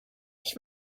ich